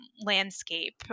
landscape